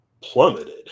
plummeted